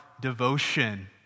Devotion